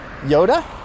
Yoda